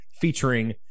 featuring